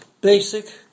basic